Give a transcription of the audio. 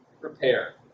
Prepare